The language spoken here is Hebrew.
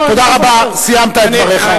לא, אני, תודה רבה, סיימת את דבריך.